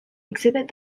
exhibit